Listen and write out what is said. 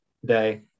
today